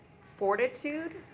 Fortitude